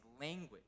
language